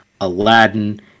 Aladdin